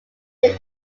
may